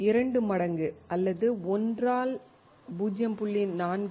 2 மடங்கு அல்லது 1 ஆல் 0